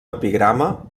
epigrama